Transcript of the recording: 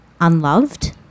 unloved